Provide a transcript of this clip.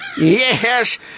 Yes